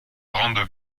grande